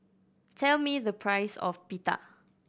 tell me the price of Pita